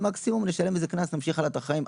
מקסימום אני אשלם איזה קנס ואמשיך הלאה את החיים.